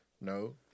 No